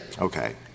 Okay